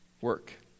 work